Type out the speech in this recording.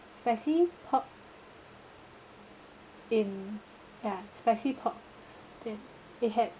spicy pork in ya spicy pork it it had